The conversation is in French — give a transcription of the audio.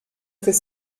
fait